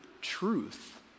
truth